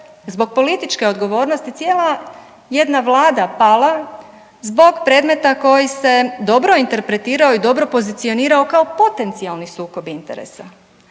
zbog političke odgovornosti cijela jedna Vlada pala zbog predmeta koji se dobro interpretirao i dobro pozicionirao kao potencijalni sukob interesa.